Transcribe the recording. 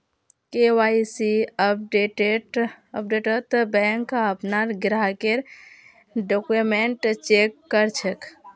KYC अपडेटत bank अपनार ग्राहकेर डॉक्यूमेंट चेक कर छेक